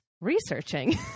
researching